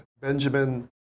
Benjamin